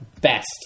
best